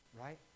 Right